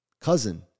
cousin